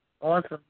Awesome